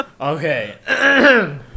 Okay